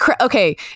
okay